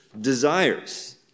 desires